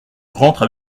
rentre